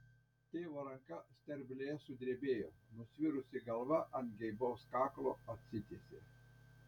tėvo ranka sterblėje sudrebėjo nusvirusi galva ant geibaus kaklo atsitiesė